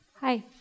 Hi